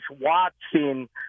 Watson